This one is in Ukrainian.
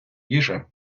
їжі